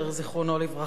זיכרונו לברכה,